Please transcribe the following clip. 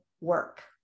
work